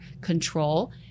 control